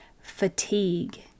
fatigue